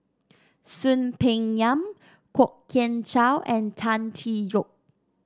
Soon Peng Yam Kwok Kian Chow and Tan Tee Yoke